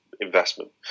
investment